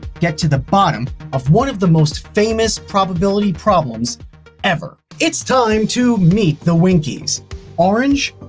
get to the bottom of one of the most famous probability problems ever. it's time to meet the winkeys orange,